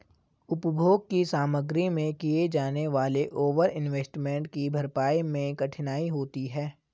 उपभोग की सामग्री में किए जाने वाले ओवर इन्वेस्टमेंट की भरपाई मैं कठिनाई होती है